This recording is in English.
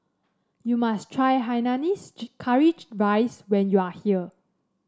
you must try Hainanese Curry Rice when you are here